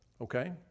Okay